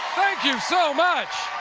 you so much!